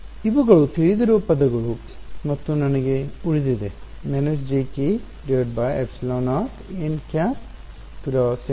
ಇವುಗಳು ತಿಳಿದಿರುವ ಪದಗಳು ಮತ್ತು ನನಗೆ ಉಳಿದಿದೆ jk εr nˆ × nˆ × H